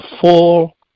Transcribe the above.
full